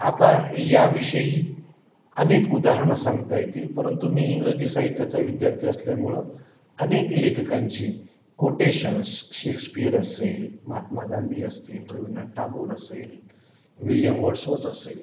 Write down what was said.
आता याविषयी अनेक उदाहरणं सांगता येतील परंतु मी इंग्रजी साहित्याचा विद्यार्थी असल्यामुळं अनेक लेखकांची कोटेशन्स शेक्सपियर असेल महात्मा गांधी असतील रवींद्रनाथ टागोर असेल विलियम वॉर्डस्वत असेल